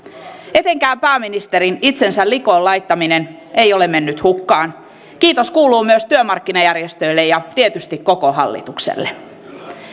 etenkään pääministerin itsensä likoon laittaminen ei ole mennyt hukkaan kiitos kuuluu myös työmarkkinajärjestöille ja tietysti koko hallitukselle